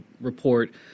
report